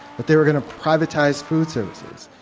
that they were going to privatize food services.